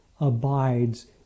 abides